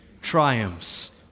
triumphs